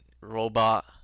robot